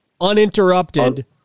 uninterrupted